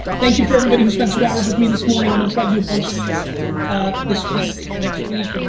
thank you for everybody who spent two hours with me this morning. i'm gonna try to do a bunch of these ah this week, next week, i mean,